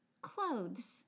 clothes